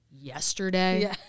yesterday